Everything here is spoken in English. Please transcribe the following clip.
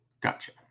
Gotcha